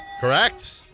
Correct